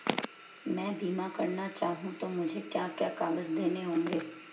मैं बीमा करना चाहूं तो मुझे क्या क्या कागज़ देने होंगे?